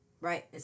Right